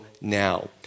now